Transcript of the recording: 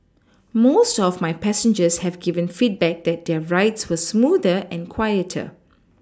most of my passengers have given feedback that their rides were smoother and quieter